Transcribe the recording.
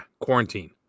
Quarantine